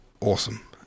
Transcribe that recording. awesome